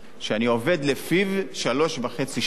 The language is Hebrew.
שאני עובד לפיו שלוש וחצי שנים.